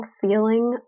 feeling